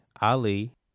Ali